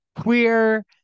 queer